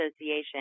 Association